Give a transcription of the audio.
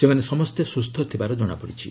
ସେମାନେ ସମସ୍ତେ ସୁସ୍ଥ ଥିବାର ଜଣାପଡ଼ିଛି